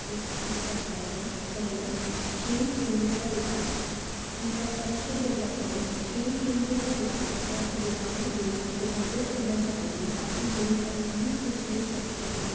वो इस प्रकार है पहला खेल केंद्रों का विकास इंफ्रास्ट्रक्चरल डेवलपमेंट खेल केंद्रों का विकास और सुविधाओं को सुधारित करना चाहिए ताकि लोग असानी से खेल सकते हैं